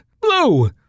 Blue